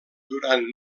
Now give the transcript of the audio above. durant